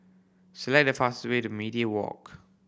select the fastest way to Media Walk